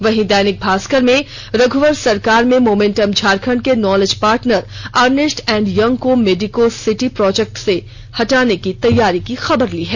वहीं दैनिक भास्कर में रघुवर सरकार में मोमेंटम झारखंड के knowledge partner Ernst and Young को मेडिको सिटी प्रोजेक्ट से हटाने की तैयारी की खबर ली है